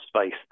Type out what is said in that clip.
space